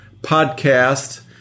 Podcast